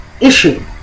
issue